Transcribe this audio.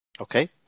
Okay